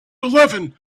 eleven